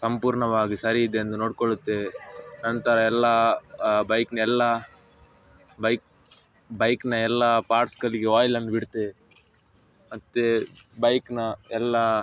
ಸಂಪೂರ್ಣವಾಗಿ ಸರಿಯಿದೆಯೆ ಎಂದು ನೋಡಿಕೊಳ್ಳುತ್ತೇವೆ ನಂತರ ಎಲ್ಲ ಬೈಕಿನ ಎಲ್ಲ ಬೈಕ್ ಬೈಕಿನ ಎಲ್ಲ ಪಾರ್ಟ್ಸ್ಗಳಿಗೆ ಆಯಿಲನ್ನು ಬಿಡುತ್ತೇವೆ ಮತ್ತೆ ಬೈಕಿನ ಎಲ್ಲಾ